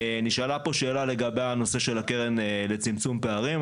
נשאלה פה שאלה לגבי הנושא של הקרן לצמצום פערים,